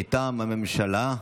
מטעם הממשלה.